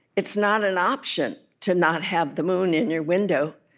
it's not an option, to not have the moon in your window.